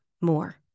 more